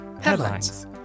Headlines